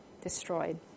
destroyed